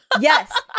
Yes